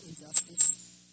injustice